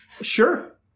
Sure